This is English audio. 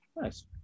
Nice